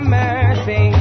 mercy